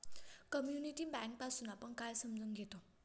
Community bank पासुन आपण काय समजून घेतो?